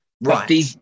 Right